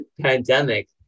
pandemic